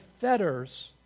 fetters